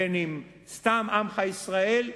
בין אם סתם עמך ישראל.